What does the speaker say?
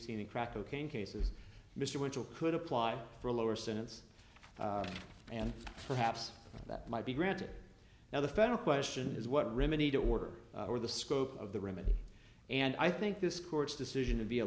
seen in crack cocaine cases mr mitchell could apply for a lower sentence and perhaps that might be granted now the federal question is what remedy to order or the scope of the remedy and i think this court's decision to be a